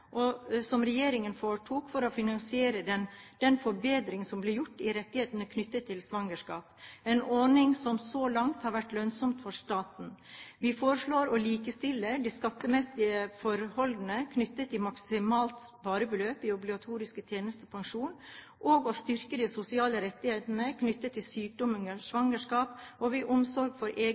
som regjeringen foretok for å finansiere den forbedring som ble gjort av rettighetene knyttet til svangerskap, en ordning som så langt har vært lønnsom for staten. Vi foreslår å likestille de skattemessige forholdene knyttet til maksimalt sparebeløp i obligatorisk tjenestepensjon og å styrke de sosiale rettighetene knyttet til sykdom under svangerskap og ved omsorg for egne